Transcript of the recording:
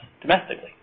domestically